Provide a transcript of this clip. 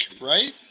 right